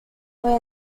fue